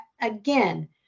again